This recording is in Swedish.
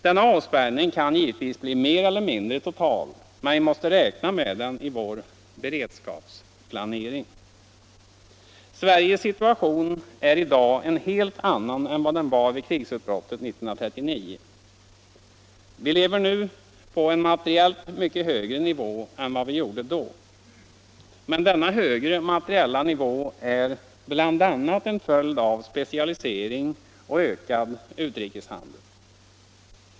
Denna avspärrning kan givetvis bli mer eller mindre total, men vi måste räkna med den i vår beredskapsplanering. Sveriges situation är i dag en helt annan än vad den var vid krigsutbrottet 1939. Vi lever nu på en materiellt mycket högre nivå än då. Men denna högre materiella nivå är bl.a. en följd av specialisering och ökad utrikeshandel.